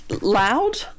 loud